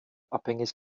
abhängig